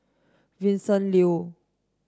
Vincent Leow